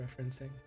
referencing